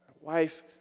Wife